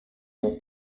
nur